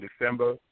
December